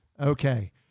Okay